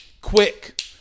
quick